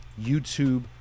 YouTube